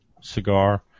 cigar